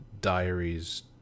Diaries